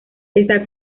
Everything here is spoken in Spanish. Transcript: está